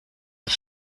has